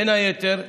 בין היתר,